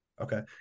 okay